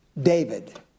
David